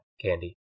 candy